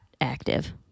active